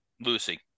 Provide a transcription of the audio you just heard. Lucy